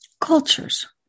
cultures